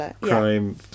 crime